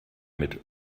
mit